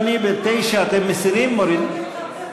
אדוני, ב-9 אתם מסירים, מורידים?